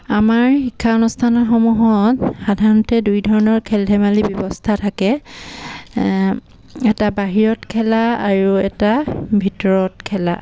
আমাৰ শিক্ষানুষ্ঠানসমূহত সাধাৰণতে দুই ধৰণৰ খেল ধেমালি ব্যৱস্থা থাকে এটা বাহিৰত খেলা আৰু এটা ভিতৰত খেলা